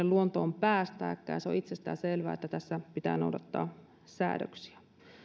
luontoon päästääkään se on itsestäänselvää että tässä pitää noudattaa säädöksiä